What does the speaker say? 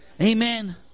Amen